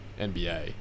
NBA